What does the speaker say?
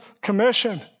commission